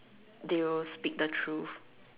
they will speak the truth